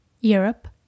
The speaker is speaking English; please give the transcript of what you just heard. Europe